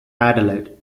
adelaide